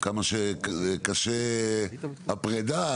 ככל שהפרידה קשה,